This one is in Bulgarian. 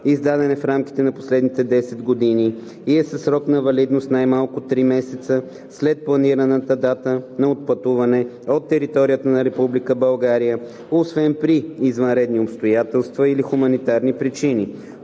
издаден е в рамките на последните 10 години и е със срок на валидност най-малко три месеца след планираната дата на отпътуване от територията на Република България, освен при извънредни обстоятелства или хуманитарни причини;